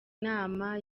nama